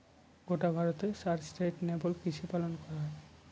গোটা ভারতে সাস্টেইনেবল কৃষিকাজ পালন করা হয়